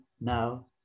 now